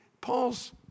Paul's